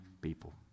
people